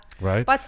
Right